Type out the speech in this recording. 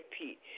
repeat